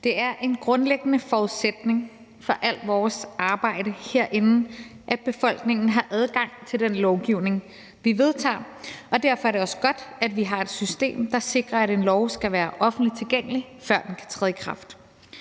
Det er en grundlæggende forudsætning for alt vores arbejde herinde, at befolkningen har adgang til den lovgivning, vi vedtager. Derfor er det også godt, at vi har et system, der sikrer, at en lov skal være offentligt tilgængelig, før den kan træde i kraft.